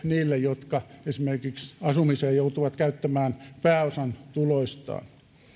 niille jotka esimerkiksi joutuvat käyttämään pääosan tuloistaan asumiseen